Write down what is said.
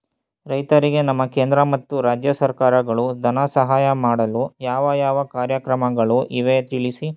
ರೈತರಿಗೆ ನಮ್ಮ ಕೇಂದ್ರ ಮತ್ತು ರಾಜ್ಯ ಸರ್ಕಾರಗಳು ಧನ ಸಹಾಯ ಮಾಡಲು ಯಾವ ಯಾವ ಕಾರ್ಯಕ್ರಮಗಳು ಇವೆ ತಿಳಿಸಿ?